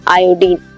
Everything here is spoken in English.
iodine